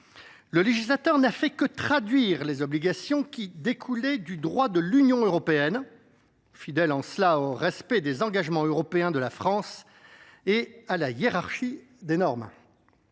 Le législateur n’a fait que traduire les obligations qui découlaient du droit de l’Union européenne, fidèle en cela au respect des engagements européens de la France et à la hiérarchie des normes.